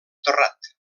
terrat